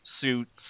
suits